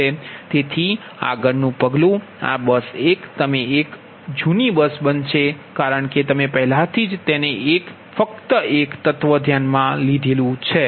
તેથી આગળનું પગલું આ બસ 1 તમે એક જૂની બસ બનશો કારણ કે તમે પહેલાથી જ તે એક ફક્ત એક તત્વ ધ્યાનમાં લીધું છે